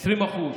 20%,